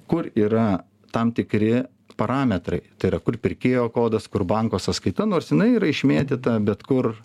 kur yra tam tikri parametrai tai yra kur pirkėjo kodas kur banko sąskaita nors jinai yra išmėtyta bet kur